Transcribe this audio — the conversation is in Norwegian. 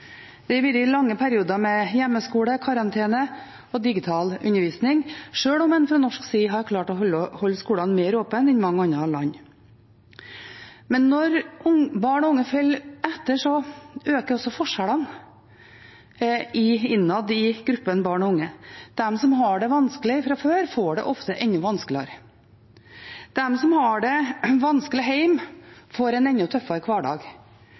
Det har vært lange perioder med hjemmeskole, karantene og digital undervisning, sjøl om en fra norsk side har klart å holde skolene mer åpne enn mange andre land. Men når barn og unge henger etter, øker også forskjellene innad i gruppen barn og unge. De som har det vanskelig fra før, får det ofte enda vanskeligere. De som har det vanskelig hjemme, får en enda tøffere hverdag.